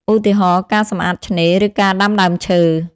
ឧទាហរណ៍ ការសម្អាតឆ្នេរ ឬការដាំដើមឈើ។